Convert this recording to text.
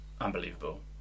unbelievable